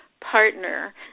partner